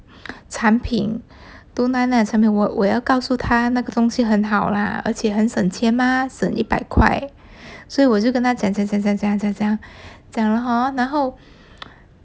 产品 two nine nine 的产品我我要告诉他那个东西很好啦而且很省钱吗省一百块所以我就跟他讲讲讲讲讲讲讲讲了 hor 然后